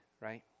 right